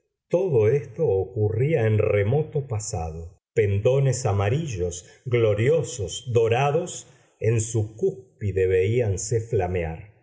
todo esto ocurría en remoto pasado pendones amarillos gloriosos dorados en su cúspide veíanse flamear